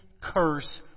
curse